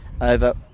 over